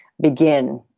begin